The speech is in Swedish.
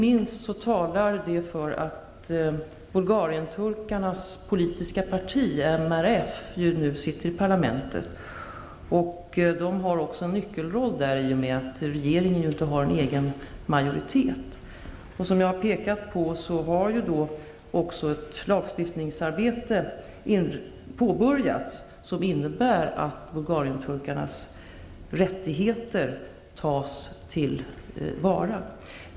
För detta talar inte minst att Bulgarienturkarnas politiska parti, MRF, nu sitter i parlamentet. Partiet har en nyckelroll därigenom att regeringen inte har en egen majoritet. Som jag har påpekat har även ett lagstiftningsarbete påbörjats, vilket innebär att Bulgarienturkarnas rättigheter tas till vara.